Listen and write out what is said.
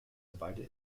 divided